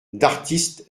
d’artistes